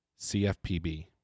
CFPB